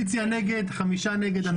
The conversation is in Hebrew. שינוי בשעת פתיחת ישיבת הכנסת ביום שני,